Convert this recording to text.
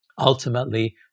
Ultimately